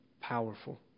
powerful